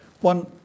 one